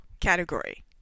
category